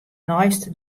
neist